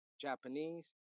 Japanese